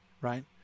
right